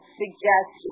suggest